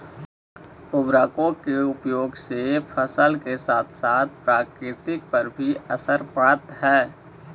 उर्वरकों के उपयोग से फसल के साथ साथ प्रकृति पर भी असर पड़अ हई